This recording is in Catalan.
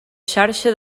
xarxa